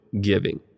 giving